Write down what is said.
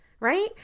Right